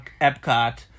Epcot